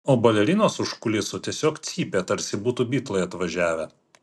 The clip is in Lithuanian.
o balerinos už kulisų tiesiog cypė tarsi būtų bitlai atvažiavę